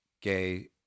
Gay